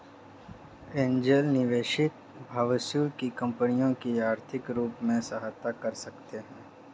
angel निवेशक भविष्य की कंपनियों की आर्थिक रूप से सहायता कर सकते हैं